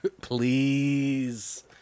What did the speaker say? please